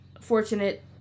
fortunate